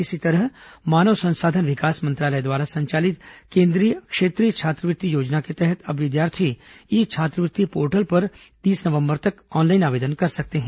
इसी तरह मानव संसाधन विकास मंत्रालय द्वारा संचालित केन्द्रीय क्षेत्रीय छात्रवृत्ति योजना के तहत अब विद्यार्थी ई छात्रवृत्ति पोर्टल पर तीस नवंबर तक ऑनलाइन आवेदन कर सकते हैं